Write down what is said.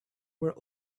were